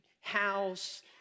house